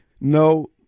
No